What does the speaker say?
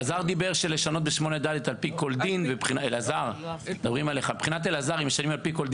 אלעזר דיבר על לשנות ב-8ד "על פי כל דין" ומבחינתו זה בסדר.